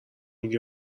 میگی